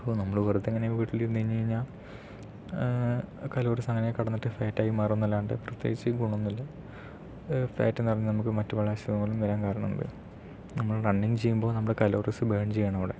so നമ്മള് വെറുതെ ഇങ്ങനെ വീട്ടില് ഇരുന്ന് കഴിഞ്ഞാൽ കലോറിസ് അങ്ങനെ കിടന്നിട്ട് ഫാറ്റായി മാറും എന്നല്ലാണ്ട് പ്രത്യേകിച്ച് ഗുണമൊന്നുമില്ല ഫാറ്റ് നിറഞ്ഞ് നമുക്ക് മറ്റു പല അസുഖങ്ങളും വരാൻ കാരണം ഉണ്ട് നമ്മൾ റണ്ണിങ് ചെയ്യുമ്പം നമ്മളുടെ കലോറിസ് ബേൺ ചെയ്യാണ് അവിടെ